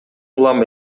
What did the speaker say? улам